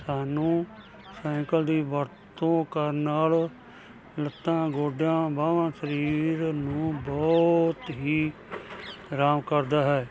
ਸਾਨੂੰ ਸਾਈਂਕਲ ਦੀ ਵਰਤੋਂ ਕਰਨ ਨਾਲ ਲੱਤਾਂ ਗੋਡਿਆਂ ਬਾਹਾਂ ਸਰੀਰ ਨੂੰ ਬਹੁਤ ਹੀ ਆਰਾਮ ਕਰਦਾ ਹੈ